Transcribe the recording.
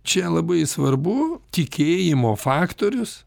čia labai svarbu tikėjimo faktorius